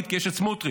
כי יש את סמוטריץ',